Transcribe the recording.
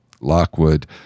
Lockwood